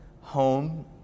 home